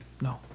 No